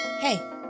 hey